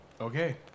Okay